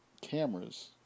cameras